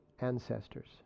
ancestors